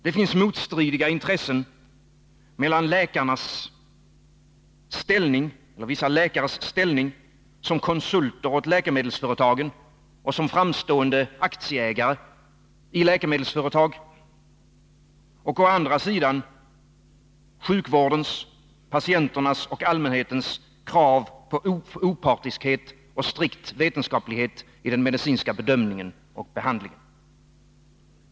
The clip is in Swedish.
Det finns motstridiga intressen mellan vissa läkares ställning som konsulter åt läkemedelsföretagen, och som framstående aktieägare i läkemedelsföretagen, och å andra sidan sjukvårdens, patienternas och allmänhetens krav på opartiskhet och strikt vetenskaplighet i den medicinska bedömningen och behandlingen.